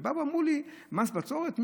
ובאו ואמרו לי: מס בצורת,